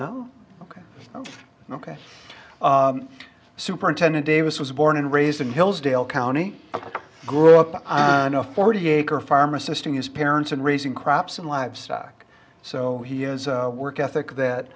no ok ok ok superintendent davis was born and raised in hillsdale county grew up on a forty acre farm assisting his parents and raising crops and livestock so he is a work ethic that